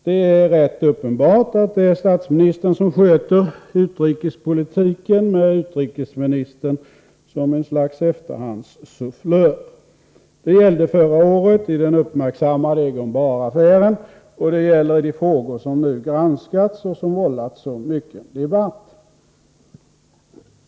Det är rätt uppenbart att det är statsministern som sköter utrikespolitiken med utrikesministern som ett slags efterhandssufflör. Det gällde förra året i den uppmärksammade Egon Bahr-affären, och det gäller i de frågor som nu granskats och som vållat så mycket debatt.